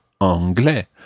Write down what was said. anglais